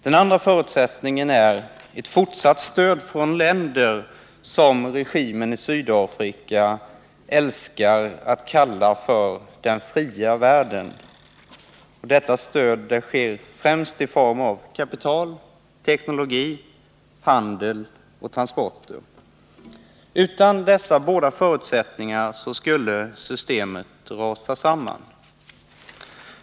Den andra är ett fortsatt stöd från länder som regimen i Sydafrika älskar att kalla för den fria världen. Detta stöd sker främst i form av kapital, teknologi, handel och transporter. Utan dessa båda förutsättningar skulle systemet rasa samman.